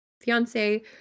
fiance